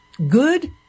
Good